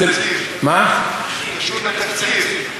זה קשור לתקציב.